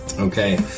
Okay